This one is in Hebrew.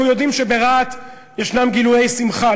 אנחנו יודעים שברהט יש לעתים גילויי שמחה